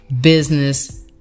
business